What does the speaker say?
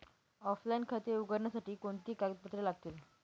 Offline खाते उघडण्यासाठी कोणती कागदपत्रे लागतील?